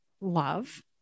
love